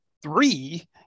three